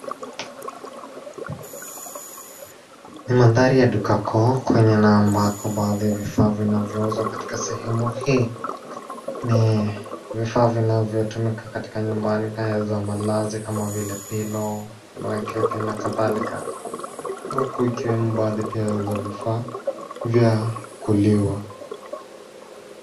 Ni mandhari ya duka kuu kwenye na ambako baadhi ya vifaa vinavyouzwa katika sehemu hii ni vifaa vinavyotumika katika nyumba za malazi kama vile pillow , blanketi na kadhalika huku ikiwemo baadhi pia za vifaa vya kuliwa.